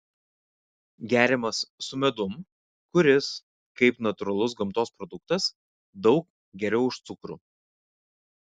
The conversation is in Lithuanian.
geriamas su medum kuris kaip natūralus gamtos produktas daug geriau už cukrų